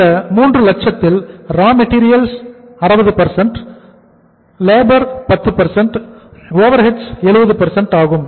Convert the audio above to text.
இந்த மூன்று லட்சத்தில் ரா மெட்டீரியல் 70 ஆகும்